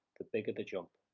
the bigger the jump.